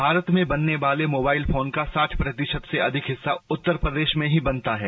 भारत में बनने वाले मोबाइल फोन का साठ प्रतिशत से अधिक हिस्सा उत्तर प्रदेश में ही बनता है